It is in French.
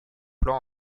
plan